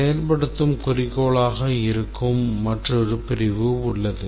செயல்படுத்தும் குறிக்கோளாக இருக்கும் மற்றொரு பிரிவு உள்ளது